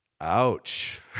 Ouch